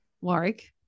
Warwick